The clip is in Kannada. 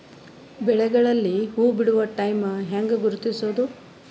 ಬೆಳೆಗಳಲ್ಲಿ ಹೂಬಿಡುವ ಟೈಮ್ ಹೆಂಗ ಗುರುತಿಸೋದ?